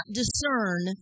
discern